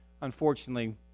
unfortunately